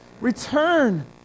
Return